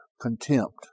contempt